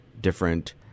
different